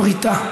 בריתה.